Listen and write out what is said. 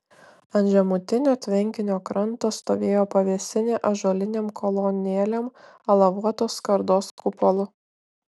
ant žemutinio tvenkinio kranto stovėjo pavėsinė ąžuolinėm kolonėlėm alavuotos skardos kupolu